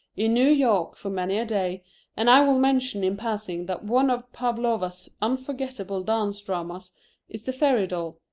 in new york for many a day and i will mention in passing that one of pavlowa's unforgettable dance dramas is the fairy doll.